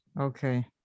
Okay